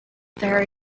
there